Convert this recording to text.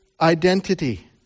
identity